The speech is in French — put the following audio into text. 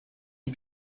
est